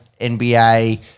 NBA